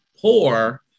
poor